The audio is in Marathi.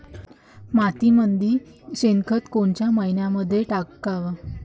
मातीमंदी शेणखत कोनच्या मइन्यामंधी टाकाव?